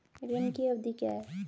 ऋण की अवधि क्या है?